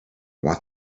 want